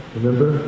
Remember